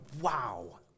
Wow